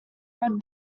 red